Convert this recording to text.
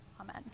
Amen